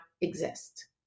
exist